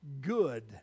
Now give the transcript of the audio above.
good